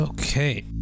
Okay